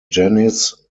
janice